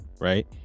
right